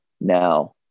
now